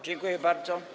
Dziękuję bardzo.